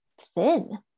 thin